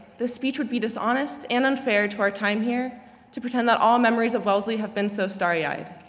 this speech would be dishonest and unfair to our time here to pretend that all memories of wellesley have been so starry-eyed.